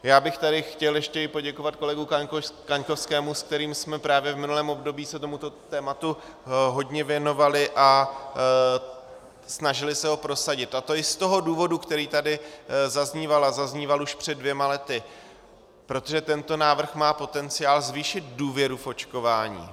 Já bych tady chtěl ještě i poděkovat kolegu Kaňkovskému, s kterým jsme právě v minulém období se tomuto tématu hodně věnovali a snažili se ho prosadit, a to i z toho důvodu, který tady zazníval, a zazníval už před dvěma lety protože tento návrh má potenciál zvýšit důvěru v očkování.